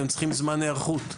והם צריכים זמן היערכות.